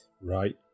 right